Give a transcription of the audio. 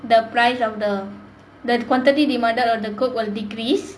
the price of the the quantity demanded of the Coke will decrease